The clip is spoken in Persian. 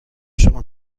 شما